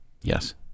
Yes